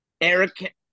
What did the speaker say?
Eric